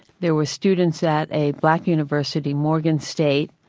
there were students at a black university, morgan state,